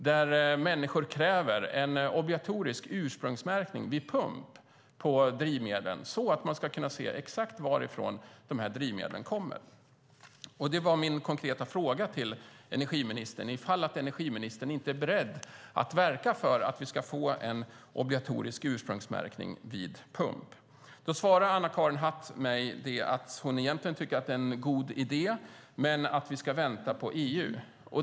Där kräver människor en obligatorisk ursprungsmärkning på drivmedel vid pump så att man ska kunna se exakt varifrån de här drivmedlen kommer. Min konkreta fråga till energiministern var om inte energiministern är beredd att verka för att vi ska få en obligatorisk ursprungsmärkning vid pump. Anna-Karin Hatt svarar att hon egentligen tycker att det är en god idé men att vi ska vänta på EU.